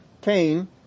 Cain